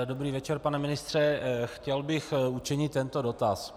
Dobrý večer, pane ministře, chtěl bych učinit tento dotaz.